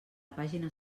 pàgina